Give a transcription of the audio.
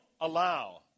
allow